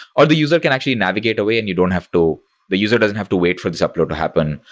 or the user can actually navigate away and you don't have to the user doesn't have to wait for this upload to happen,